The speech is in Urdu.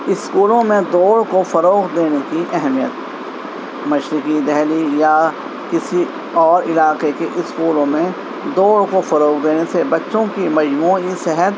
اسکولوں میں دوڑ کو فروغ دینے کی اہمیت مشرقی دہلی یا کسی اور علاقے کے اسکولوں میں دوڑ کو فروغ دینے سے بچوں کی مجموعی صحت